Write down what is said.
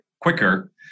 quicker